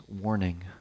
warning